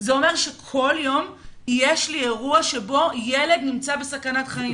זה אומר שכל יום יש לי אירוע שבו ילד נמצא בסכנת חיים.